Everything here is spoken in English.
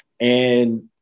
and-